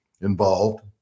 involved